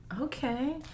Okay